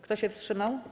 Kto się wstrzymał?